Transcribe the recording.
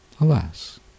alas